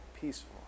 peaceful